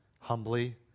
humbly